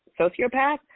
sociopath